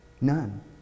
None